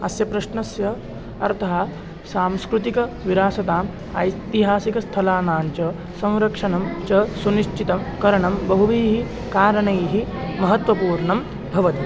अस्य प्रश्नस्य अर्थः सांस्कृतिकविरासताम् ऐतिहासिकस्थलानां च संरक्षणं च सुनिश्चितं करणं बहुभिः कारणैः महत्त्वपूर्णं भवति